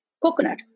coconut